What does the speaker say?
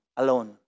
alone